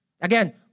Again